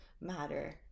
matter